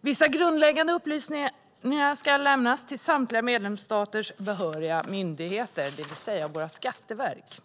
Vissa grundläggande upplysningar ska lämnas till samtliga medlemsstaters behöriga myndigheter, det vill säga våra skatteverk.